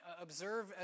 Observe